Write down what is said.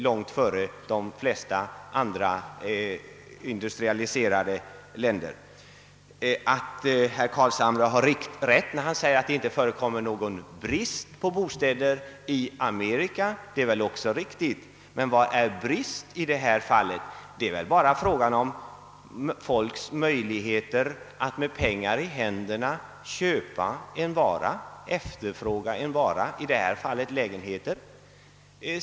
långt före de flesta andra industrialiserade länders. Herr Carlshamre har i och för sig rätt, när han säger att det inte råder någon brist på bostäder i Amerika. Men vad är brist i det här fallet? Det avgörande är väl människornas möjligheter att med pengar i händerna efterfråga den vara det gäller, alltså bostäder.